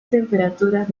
temperaturas